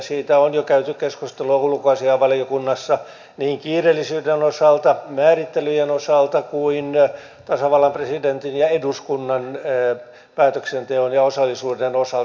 siitä on jo käyty keskustelua ulkoasiainvaliokunnassa niin kiireellisyyden osalta määrittelyjen osalta kuin tasavallan presidentin ja eduskunnan päätöksenteon ja osallisuuden osalta